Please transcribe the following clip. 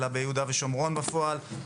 אלא ביהודה ושומרון בפועל.